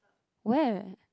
where